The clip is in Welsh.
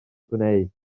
gwneud